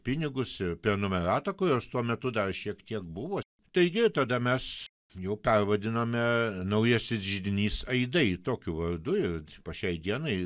pinigus ir prenumeratą kurios tuo metu dar šiek tiek buvo taigi tada mes jau pervadinome naujasis židinys aidai tokiu vardu ir po šiai dienai